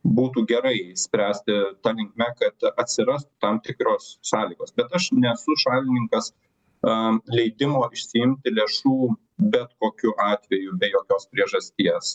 būtų gerai spręsti ta linkme kad atsiras tam tikros sąlygos bet aš nesu šalininkas a leidimo išsiimti lėšų bet kokiu atveju be jokios priežasties